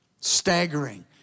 Staggering